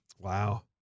Wow